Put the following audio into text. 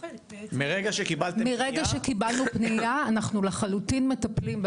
מרגע שקבלנו פנייה, אנחנו לחלוטין מטפלים בה.